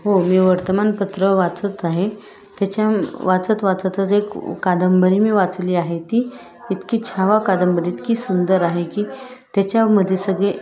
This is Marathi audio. हो मी वर्तमानपत्र वाचत आहे त्याच्या वाचत वाचत जे एक कादंबरी मी वाचली आहे ती इतकी छावा कादंबरी इतकी सुंदर आहे की त्याच्यामध्ये सगळे